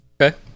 Okay